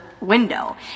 window